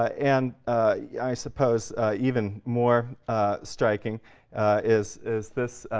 and i suppose even more striking is is this